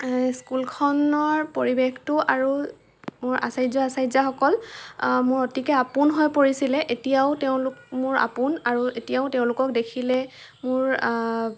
স্কুলখনৰ পৰিৱেশটো আৰু মোৰ আচৰ্য্য আচাৰ্য্যাসকল মোৰ অতিকে আপোন হয় পৰিছিলে এতিয়াও তেওঁলোক মোৰ আপোন আৰু এতিয়াও তেওঁলোকক দেখিলে মোৰ